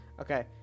Okay